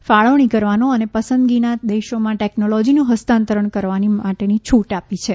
ની ફાળવણી કરવાનો અને પસંદગીના દેશોમાં ટેકનોલોજીનું ફસ્તાંતરણ કરવા માટેની છૂટ આપી છે